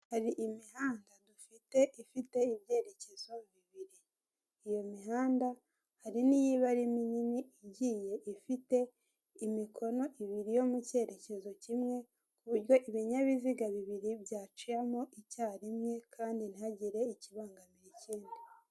Hari imihanda dufite ifite ibyerekezo bibiri. Iyo mihanda harimo iba ari nini igiye ifite imikono ibiri yo mu cyerekezo kimwe, ku buryo ibinyabiziga bibiri byaciyemo icyarimwe, kandi ntahagire ikibangamira ikindi.